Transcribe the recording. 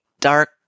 dark